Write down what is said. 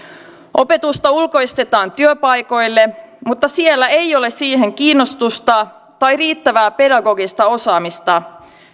opetusta ulkoistetaan työpaikoille mutta siellä ei ole siihen kiinnostusta tai riittävää pedagogista osaamista